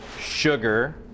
sugar